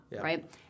right